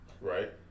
Right